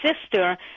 sister